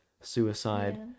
suicide